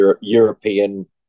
european